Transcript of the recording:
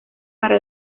para